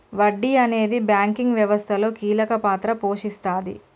వడ్డీ అనేది బ్యాంకింగ్ వ్యవస్థలో కీలక పాత్ర పోషిస్తాది